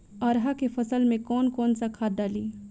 अरहा के फसल में कौन कौनसा खाद डाली?